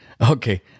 Okay